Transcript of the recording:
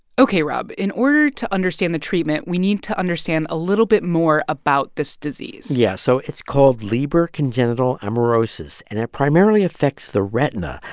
ok, rob, in order to understand the treatment, we need to understand a little bit more about this disease yeah. so it's called leber congenital amaurosis, and it primarily affects the retina.